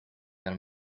dal